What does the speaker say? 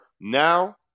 now